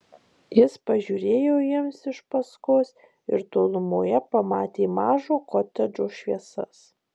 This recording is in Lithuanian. jis pažiūrėjo jiems iš paskos ir tolumoje pamatė mažo kotedžo šviesas